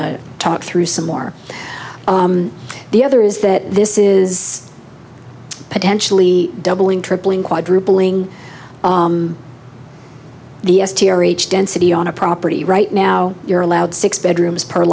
to talk through some more the other is that this is potentially doubling tripling quadrupling the s to reach density on a property right now you're allowed six bedrooms per